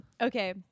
Okay